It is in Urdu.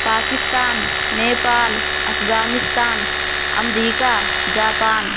پاکستان نیپال افغانستان امریکہ جاپان